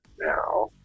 now